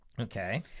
Okay